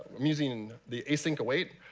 i'm using the async await.